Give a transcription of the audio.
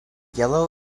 yellow